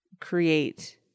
create